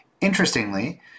Interestingly